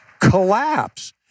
Collapse